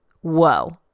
Whoa